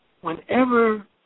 whenever